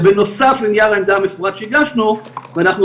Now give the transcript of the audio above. זה בנוסף לנייר העמדה המפורט שהגשנו ואנחנו